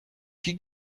qui